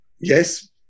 yes